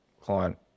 client